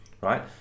right